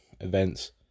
events